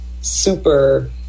super